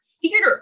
theater